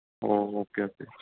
oh okay okay